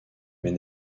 mais